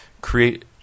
create